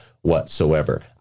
whatsoever